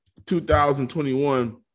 2021